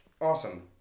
Awesome